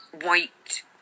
white